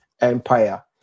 Empire